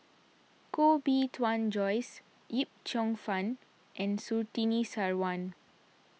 Koh Bee Tuan Joyce Yip Cheong Fun and Surtini Sarwan